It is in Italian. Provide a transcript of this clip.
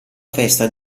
festa